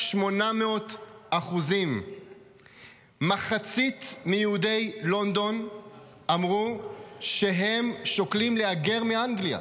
800%. מחצית מיהודי לונדון אמרו שהם שוקלים להגר מאנגליה.